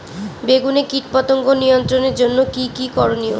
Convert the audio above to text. বেগুনে কীটপতঙ্গ নিয়ন্ত্রণের জন্য কি কী করনীয়?